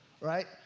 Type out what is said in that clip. Right